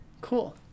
Cool